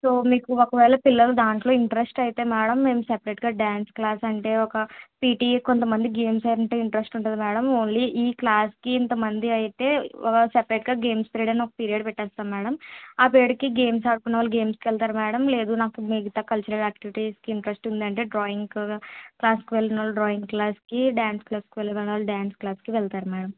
so మీకు ఒకవేళ పిల్లలు దాంట్లో ఇంట్రస్ట్ అయితే మేడం మేము సపరేట్గా డాన్స్ క్లాస్ అంటే ఒక పీటీ కొంతమందికి గేమ్స్ అంటే ఇంట్రస్ట్ ఉంటుంది మేడం ఓన్లీ ఈ క్లాస్కి ఇంతమంది అయితే ఒక సపరేట్గా గేమ్స్ పీరియడ్ అని ఒక పీరియడ్ పెట్టేస్తాం మేడం ఆ పీరియడ్కి గేమ్స్ ఆడుకునే వాళ్ళు గేమ్స్కి వెళ్తారు మేడం లేదు నాకు మిగతా కల్చురల్ ఆక్టివిటీస్కి ఇంట్రస్ట్ ఉంది అంటే డ్రాయింగ్కు క్లాస్ వెళ్ళిన వాళ్ళు డ్రాయింగ్ క్లాస్కి డాన్స్ క్లాస్ వెళ్ళిన వాళ్ళు డాన్స్ క్లాస్కి వెళ్తారు మేడం